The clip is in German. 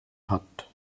hat